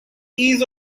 ease